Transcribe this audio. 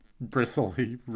bristly